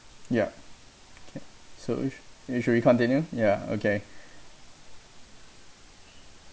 yup okay so we sh~ we should we continue ya okay